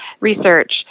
research